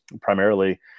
primarily